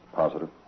positive